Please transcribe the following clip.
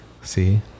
See